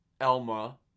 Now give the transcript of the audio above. Elma